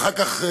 ואחר כך,